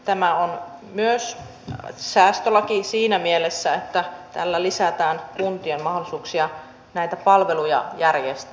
tämä on myös säästölaki siinä mielessä että tällä lisätään kuntien mahdollisuuksia näitä palveluja järjestää